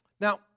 Now